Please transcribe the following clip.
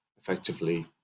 effectively